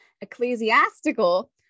Ecclesiastical